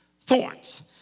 thorns